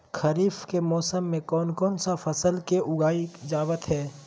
खरीफ के मौसम में कौन कौन सा फसल को उगाई जावत हैं?